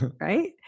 right